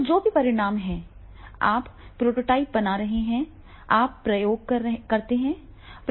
तो जो भी परिणाम हैं आप प्रोटोटाइप बना रहे हैं आप प्रयोग करते हैं